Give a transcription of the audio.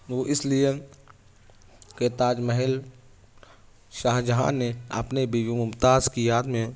وہ اس لیے کہ تاج محل شاہ جہاں نے اپنی بیوی ممتاز کی یاد میں